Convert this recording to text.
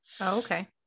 Okay